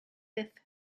fifth